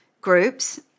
groups